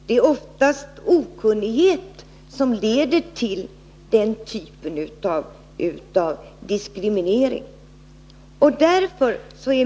Det är oftast okunnighet som leder till den typen av diskriminering.